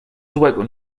złego